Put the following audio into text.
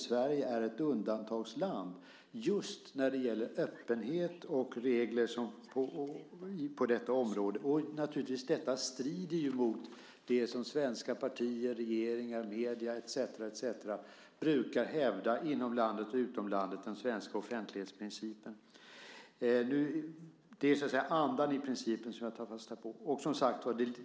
Sverige är ett undantagsland just när det gäller öppenhet och regler på detta område. Naturligtvis strider detta mot det som svenska partier, regeringar, medier etcetera brukar hävda inom landet och utom landet, nämligen den svenska offentlighetsprincipen. Det är andan i principen som jag tar fasta på.